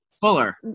Fuller